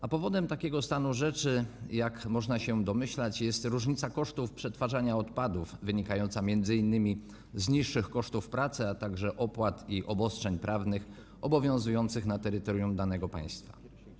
A powodem takiego stanu rzeczy, jak można się domyślać, jest różnica kosztów przetwarzania odpadów wynikająca m.in. z niższych kosztów pracy, a także opłat i obostrzeń prawnych obowiązujących na terytorium danego państwa.